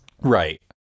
Right